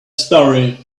story